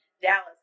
Dallas